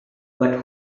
but